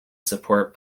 support